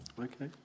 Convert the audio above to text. Okay